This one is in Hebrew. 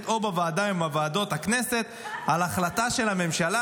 או בוועדה מוועדות הכנסת על החלטה של הממשלה,